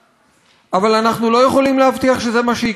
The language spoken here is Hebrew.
אבל אנחנו לא יכולים להבטיח שזה מה שיקרה בפעם הבאה,